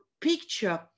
picture